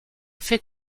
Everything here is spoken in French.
fait